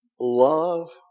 love